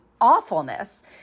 awfulness